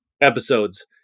episodes